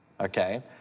okay